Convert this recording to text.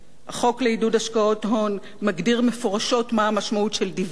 החוק לעידוד השקעות הון מגדיר מפורשות מה המשמעות של דיבידנד,